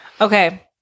Okay